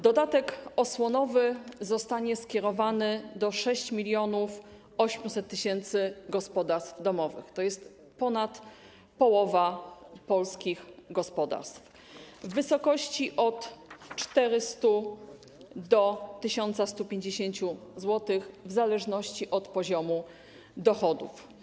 Dodatek osłonowy zostanie skierowany do 6800 tys. gospodarstw domowych - to jest ponad połowa polskich gospodarstw - w wysokości od 400 do 1150 zł, w zależności od poziomu dochodów.